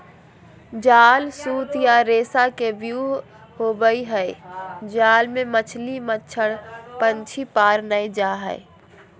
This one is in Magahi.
जाल सूत या रेशा के व्यूह होवई हई जाल मे मछली, मच्छड़, पक्षी पार नै जा हई